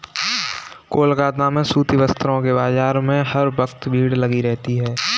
कोलकाता में सूती वस्त्रों के बाजार में हर वक्त भीड़ लगी रहती है